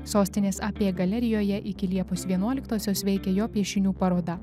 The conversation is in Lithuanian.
sostinės ap galerijoje iki liepos vienuoliktosios veikia jo piešinių paroda